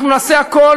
אנחנו נעשה הכול,